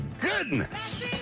goodness